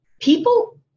people